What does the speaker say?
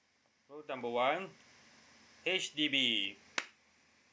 call number one H_D_B